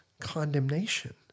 condemnation